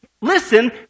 listen